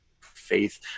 faith